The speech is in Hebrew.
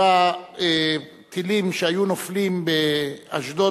אם הטילים שהיו נופלים באשדוד,